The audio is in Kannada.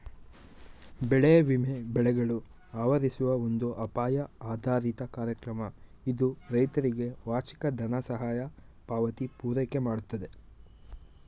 ಬೆಳೆ ವಿಮೆ ಬೆಳೆಗಳು ಆವರಿಸುವ ಒಂದು ಅಪಾಯ ಆಧಾರಿತ ಕಾರ್ಯಕ್ರಮ ಇದು ರೈತರಿಗೆ ವಾರ್ಷಿಕ ದನಸಹಾಯ ಪಾವತಿ ಪೂರೈಕೆಮಾಡ್ತದೆ